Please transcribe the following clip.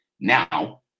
now